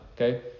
Okay